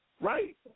Right